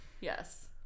Yes